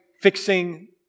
fixing